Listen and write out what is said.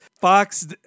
Fox